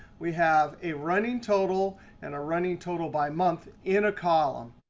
we have a running total and a running total by month in a column.